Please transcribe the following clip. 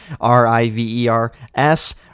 R-I-V-E-R-S